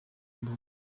mbonyi